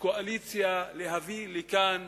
לקואליציה להביא לכאן